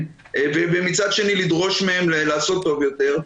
ומצד שני לדרוש מהם לעשות טוב יותר,